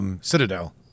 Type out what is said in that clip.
Citadel